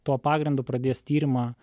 tuo pagrindu pradės tyrimą